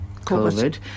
covid